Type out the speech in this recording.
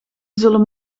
zullen